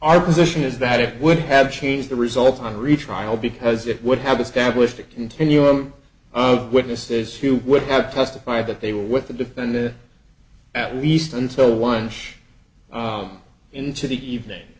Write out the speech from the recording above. our position is that it would have changed the result on a retrial because it would have established a continuum of witnesses who would have testified that they were with the defendant at least until one into the evening